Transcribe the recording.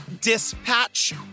dispatch